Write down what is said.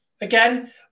Again